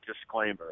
disclaimer